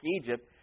Egypt